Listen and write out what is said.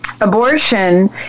abortion